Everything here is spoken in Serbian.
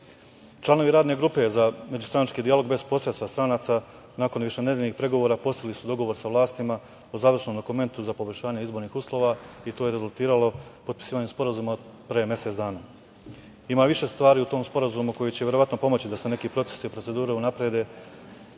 bitni. Članovi Radne grupe za međustranački dijalog bez posredstva stranaca, nakon više nedeljnih pregovora postigli su dogovor sa vlastima o završnom dokumentu za poboljšanje izbornih uslova i to je rezultiralo potpisivanjem sporazuma pre mesec dana. Ima više stvari u tom sporazuma koji će verovatno pomoći da se neki procesi i procedure unaprede